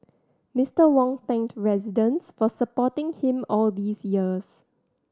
Mister Wong thanked residents for supporting him all these years